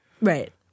Right